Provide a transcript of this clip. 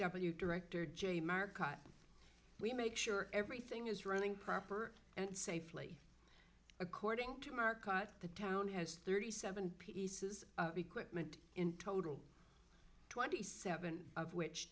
w director j market we make sure everything is running properly and safely according to marcotte the town has thirty seven pieces of equipment in total twenty seven of which